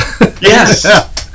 Yes